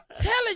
telling